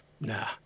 nah